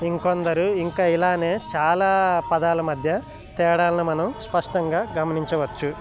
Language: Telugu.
ఇంకొందరు ఇంకా ఇలానే చాలా పదాలు మధ్య తేడాాలని మనం స్పష్టంగా గమనించవచ్చు